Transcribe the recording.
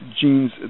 genes